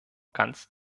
ganz